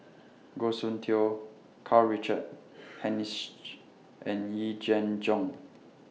Goh Soon Tioe Karl Richard Hanitsch and Yee Jenn Jong